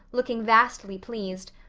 looking vastly pleased,